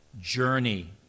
journey